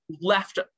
left